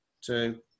two